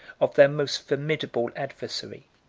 of their most formidable adversary.